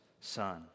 son